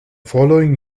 following